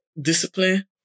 discipline